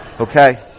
Okay